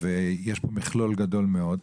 ויש כאן מכלול גדול מאוד,